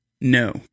No